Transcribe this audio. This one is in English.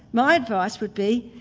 my advice would be,